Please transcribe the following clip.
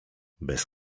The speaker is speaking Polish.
bez